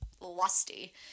lusty